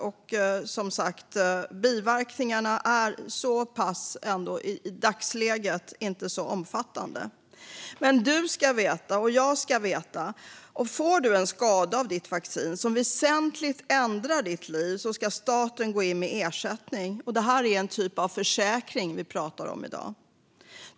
Och biverkningarna är, som sagt, i dagsläget ändå inte så omfattande. Men du ska veta - och jag ska veta - att om du får en skada av vaccinet som väsentligt ändrar ditt liv ska staten gå in med ersättning. Detta är en typ av försäkring som vi pratar om i dag.